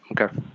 Okay